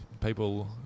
people